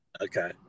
okay